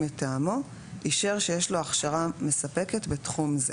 מטעמו אישר שיש לו הכשרה מספקת בתחום זה,"